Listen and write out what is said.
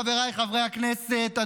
חבריי חברי הכנסת,